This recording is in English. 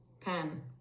Pen